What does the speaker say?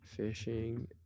Fishing